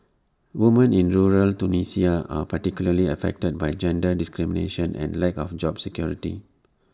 women in rural Tunisia are particularly affected by gender discrimination and lack of job security